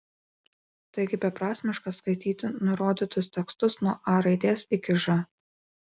taigi beprasmiška skaityti nurodytus tekstus nuo a raidės iki ž